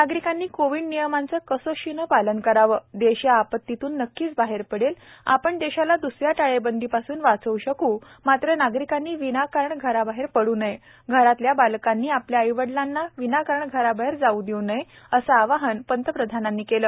नागरिकांनी कोविड नियमांचं कसोशीनं पालन करावं देश या आपत्तीतून नक्कीच बाहेर पडेल आपण देशाला द्सऱ्या टाळेबंदीपासून वाचव् शकू मात्र नागरिकांनी विनाकारण घराबाहेर पडू नये घरातल्या बालकांनी आपल्या आईवडिलांना विनाकारण घराबाहेर जाऊ देऊ नये असं आवाहन प्रधानमंत्र्यांनी केलं